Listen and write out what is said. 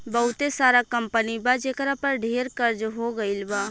बहुते सारा कंपनी बा जेकरा पर ढेर कर्ज हो गइल बा